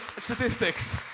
statistics